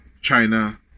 China